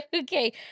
Okay